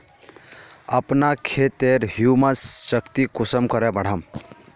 अपना खेतेर ह्यूमस शक्ति कुंसम करे बढ़ाम?